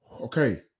okay